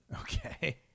okay